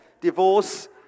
divorce